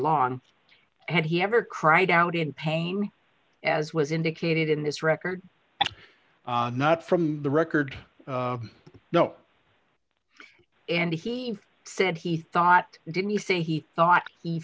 long had he ever cried out in pain as was indicated in this record not from the record no and he said he thought didn't he say he thought he